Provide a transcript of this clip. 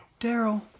Daryl